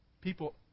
people